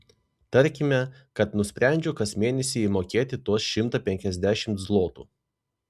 tarkime kad nusprendžiu kas mėnesį įmokėti tuos šimtą penkiasdešimt zlotų